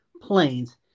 planes